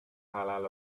halal